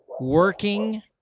working